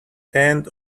hand